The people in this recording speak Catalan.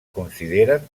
consideren